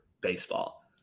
baseball